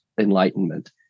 enlightenment